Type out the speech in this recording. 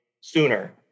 sooner